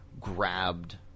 grabbed